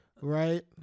right